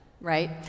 right